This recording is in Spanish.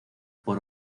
por